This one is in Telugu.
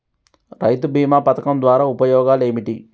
రైతు బీమా పథకం ద్వారా ఉపయోగాలు ఏమిటి?